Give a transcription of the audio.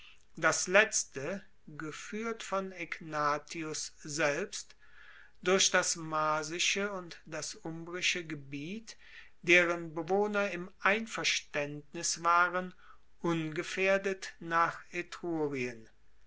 das letzte gefuehrt von egnatius selbst durch das marsische und das umbrische gebiet deren bewohner im einverstaendnis waren ungefaehrdet nach